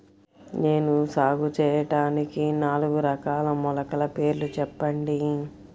నేను సాగు చేయటానికి నాలుగు రకాల మొలకల పేర్లు చెప్పండి?